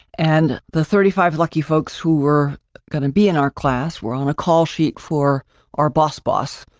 and the thirty five lucky folks who were going to be in our class, we're on a call sheet for our boss, boss.